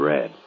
Red